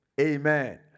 Amen